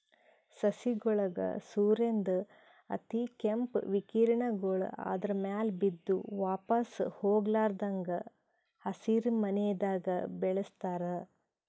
ಸಸಿಗೋಳಿಗ್ ಸೂರ್ಯನ್ದ್ ಅತಿಕೇಂಪ್ ವಿಕಿರಣಗೊಳ್ ಆದ್ರ ಮ್ಯಾಲ್ ಬಿದ್ದು ವಾಪಾಸ್ ಹೊಗ್ಲಾರದಂಗ್ ಹಸಿರಿಮನೆದಾಗ ಬೆಳಸ್ತಾರ್